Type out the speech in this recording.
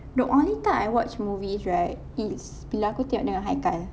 the only time I watch movies right it's bila aku tengok dengan haikal